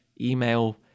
email